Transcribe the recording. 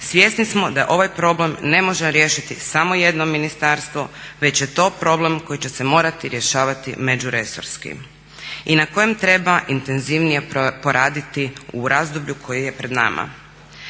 Svjesni smo da ovaj problem ne može riješiti samo jedno ministarstvo već je to problem koji će se morati rješavati međuresorski i na kojem treba intenzivnije poraditi u razdoblju koje je pred nama.